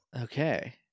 Okay